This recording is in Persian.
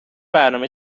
برنامه